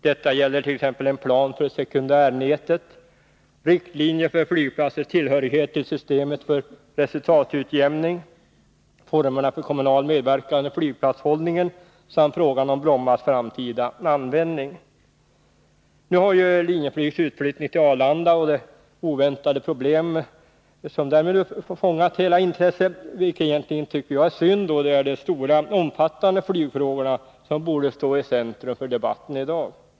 Detta gäller t.ex. en plan för sekundärnätet, riktlinjer för flygplatsers tillhörighet till systemet för resultatutjämning, formerna för kommunal medverkan i flygplatshållningen samt frågan om Brommas framtida användning. Nu har ju Linjeflygs utflyttning till Arlanda och de oväntade problemen därmed fångat hela intresset, vilket egentligen är synd, tycker jag, då det är de stora omfattande flygfrågorna som borde stå i centrum för debatten i dag.